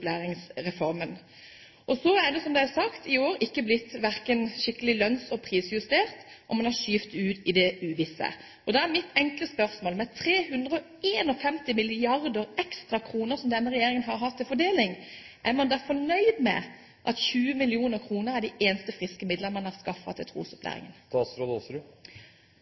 Så er det, som det er sagt, i år ikke blitt verken skikkelig lønnsjustert eller prisjustert, og man har skjøvet det ut i det uvisse. Da er mitt enkle spørsmål: Med 351 milliarder ekstra kroner som denne regjeringen har hatt til fordeling, er man da fornøyd med at 20 mill. kr er de eneste friske midler man har skaffet til trosopplæringen?